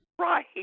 Right